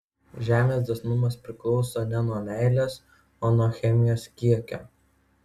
žemės dosnumas priklauso ne nuo meilės o nuo chemijos kiekio